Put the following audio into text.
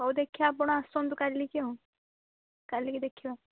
ହଉ ଦେଖିବା ଆପଣ ଆସନ୍ତୁ କାଲିକି ଆଉ କାଲିକି ଦେଖିବା